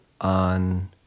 on